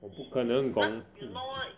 我不可能 gong